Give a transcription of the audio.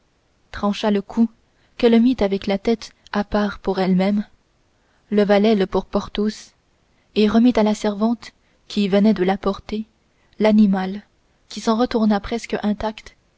trancha le cou qu'elle mit avec la tête à part pour elle-même leva l'aile pour porthos et remit à la servante qui venait de l'apporter l'animal qui s'en retourna presque intact